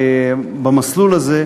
במסלול הזה,